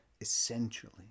essentially